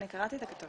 אני קראתי את הכתבה,